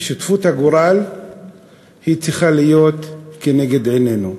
ושותפות הגורל צריכה להיות לנגד עינינו.